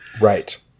Right